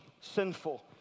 sinful